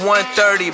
130